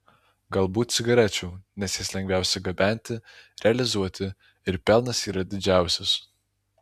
galbūt cigarečių nes jas lengviausia gabenti realizuoti ir pelnas yra didžiausias